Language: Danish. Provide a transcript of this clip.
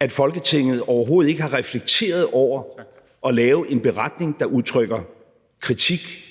at Folketinget overhovedet ikke har reflekteret over at lave en beretning, der udtrykker kritik,